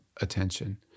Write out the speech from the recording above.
attention